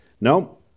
No